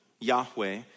Yahweh